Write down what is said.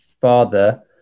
father